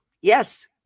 yes